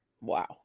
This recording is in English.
wow